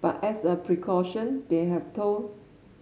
but as a precaution they have told